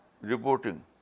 reporting